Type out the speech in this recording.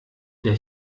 der